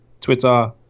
Twitter